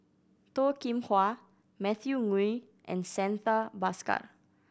Toh Kim Hwa Matthew Ngui and Santha Bhaskar